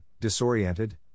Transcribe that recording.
disoriented